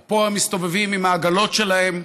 או פה מסתובבים עם העגלות שלהם,